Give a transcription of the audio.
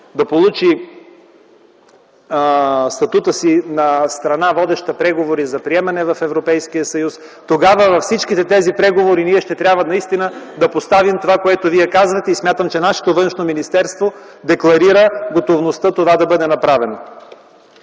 и получи статута си на страна, водеща преговори за приемане в Европейския съюз, тогава във всичките тези преговори ще трябва наистина да поставим това, което Вие казвате. Смятам, че нашето Външно министерство декларира готовността това да бъде направено.